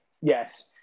Yes